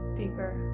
deeper